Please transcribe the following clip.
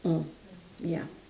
mm ya